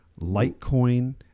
Litecoin